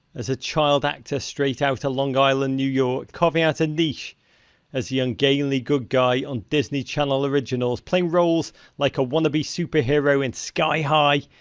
as a child actor straight out of long island, new york. carving out a niche as the ungainly good guy, on disney channel originals, playing roles like a wannabe superhero in sky high,